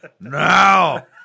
Now